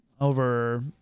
over